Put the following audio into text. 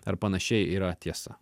ar panašiai yra tiesa